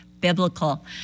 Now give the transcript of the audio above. biblical